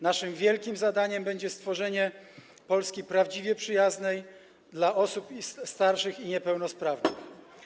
Naszym wielkim zadaniem będzie stworzenie Polski prawdziwie przyjaznej dla osób starszych i niepełnosprawnych.